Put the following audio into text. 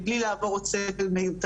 מבלי לעבור עוד סבל מיותר.